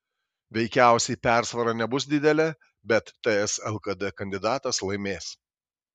veikiausiai persvara nebus didelė bet ts lkd kandidatas laimės